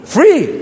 Free